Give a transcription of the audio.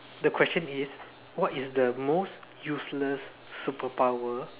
the question is what is the most useless superpower